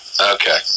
Okay